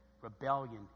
rebellion